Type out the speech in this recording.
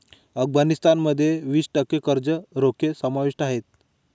अफगाणिस्तान मध्ये वीस टक्के कर्ज रोखे समाविष्ट आहेत